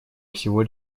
всего